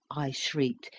i shrieked,